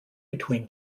between